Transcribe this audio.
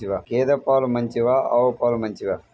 గేద పాలు మంచివా ఆవు పాలు మంచివా?